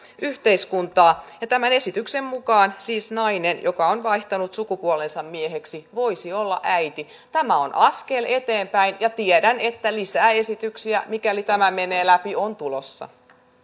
yhteiskuntaa ja tämän esityksen mukaan siis nainen joka on vaihtanut sukupuolensa mieheksi voisi olla äiti tämä on askel eteenpäin ja tiedän että lisää esityksiä mikäli tämä menee läpi on tulossa